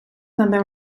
també